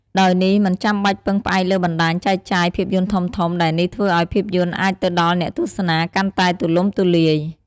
ដោយនេះមិនចាំបាច់ពឹងផ្អែកលើបណ្ដាញចែកចាយភាពយន្តធំៗ ដែលនេះធ្វើឱ្យភាពយន្តអាចទៅដល់អ្នកទស្សនាកាន់តែទូលំទូលាយ។